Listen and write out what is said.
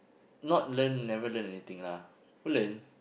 not learnt never learnt anything lah learn